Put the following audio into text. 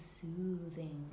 soothing